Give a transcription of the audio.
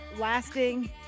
lasting